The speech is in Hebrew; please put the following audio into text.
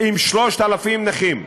עם 3,000 נכים.